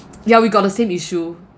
ya we got the same issue